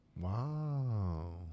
wow